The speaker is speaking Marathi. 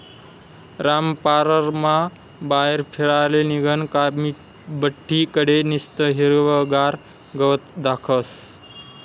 रामपाररमा बाहेर फिराले निंघनं का बठ्ठी कडे निस्तं हिरवंगार गवत दखास